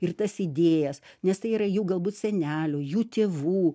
ir tas idėjas nes tai yra jų galbūt senelių jų tėvų